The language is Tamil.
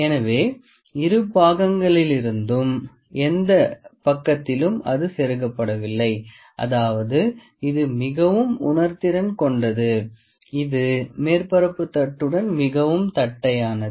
எனவே இரு பக்கங்களிலிருந்தும் எந்தப் பக்கத்திலும் அது செருகப்படவில்லை அதாவது இது மிகவும் உணர்திறன் கொண்டது இது மேற்பரப்பு தட்டுடன் மிகவும் தட்டையானது